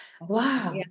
Wow